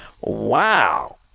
Wow